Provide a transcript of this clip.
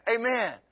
Amen